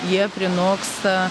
jie prinoksta